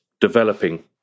developing